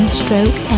stroke